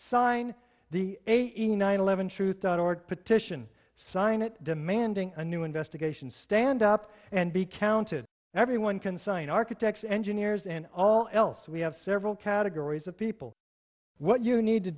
sign the eighty nine eleven truth dot org petition sign it demanding a new investigation stand up and be counted and everyone can sign architects engineers and all else we have several categories of people what you need to